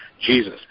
Jesus